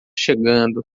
chegando